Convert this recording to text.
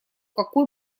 какой